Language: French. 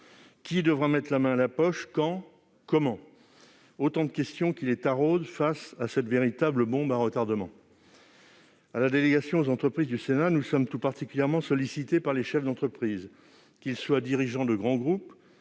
Qui devra mettre la main à la poche ? Quand ? Comment ? Autant de questions qui les taraudent face à cette véritable bombe à retardement. À la délégation aux entreprises du Sénat, nous sommes tout particulièrement sollicités par les chefs d'entreprise : qu'ils soient dirigeants de grands groupes